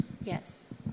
Yes